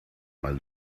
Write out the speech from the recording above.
mal